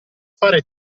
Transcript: fare